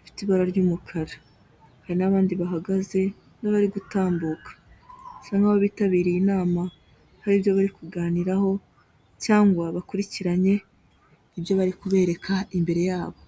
ifite ibara ry'umukara, hari n'abandi bahagaze n'abari gutambuka, bisa nkaho bitabiriye inama hari ibyo bari kuganiraho cyangwa bakurikiranye ibyo bari kubereka imbere yabo.